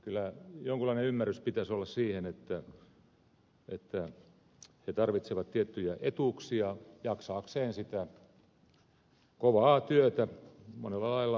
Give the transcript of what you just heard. kyllä jonkunlainen ymmärrys pitäisi olla siitä että komennusmiehet tarvitsevat tiettyjä etuuksia jaksaakseen sitä kovaa työtä monella lailla hankalaa työtä